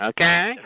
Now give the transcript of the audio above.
Okay